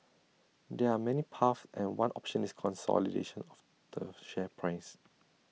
there are many paths and one option is consolidation of the share price